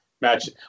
match